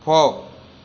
போ